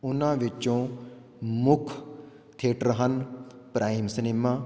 ਉਹਨਾਂ ਵਿੱਚੋਂ ਮੁੱਖ ਥੀਏਟਰ ਹਨ ਪ੍ਰਾਈਮ ਸਿਨੇਮਾ